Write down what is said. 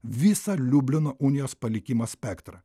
visą liublino unijos palikimo spektrą